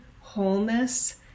wholeness